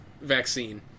vaccine